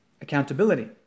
accountability